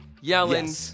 yelling